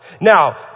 Now